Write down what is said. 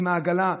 עם העגלה?